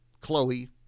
Chloe